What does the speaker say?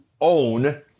own